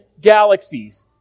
galaxies